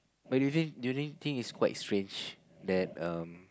but you think you don't think it's quite strange that um